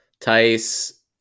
Tice